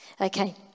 Okay